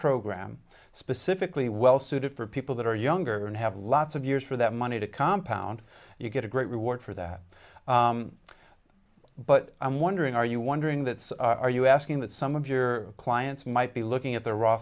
program specifically well suited for people that are younger and have lots of years for that money to compound you get a great reward for that but i'm wondering are you wondering that are you asking that some of your clients might be looking at the r